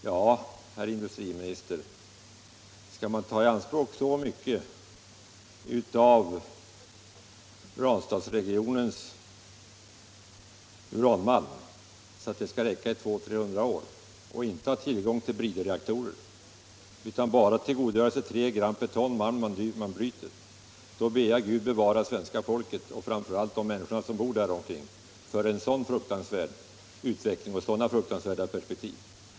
Ja, herr industriminister, skall man utnyttja så mycket av Ranstadsregionens uranmalm att det skall räcka 200-250 år och inte ha bridreaktorer, utan bara tillgodogöra sig 3 gram per ton malm som bryts, då ber jag Gud bevara svenska folket och framför allt de människor som bor omkring Ranstad förså fruktansvärda perspektiv.